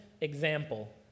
example